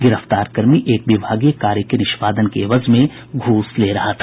गिरफ्तार कर्मी एक विभागीय कार्य के निष्पादन के एवज में घूस ले रहा था